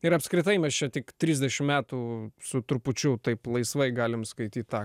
ir apskritai mes čia tik trisdešim metų su trupučiu taip laisvai galim skaityti tą